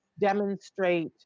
demonstrate